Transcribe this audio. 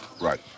Right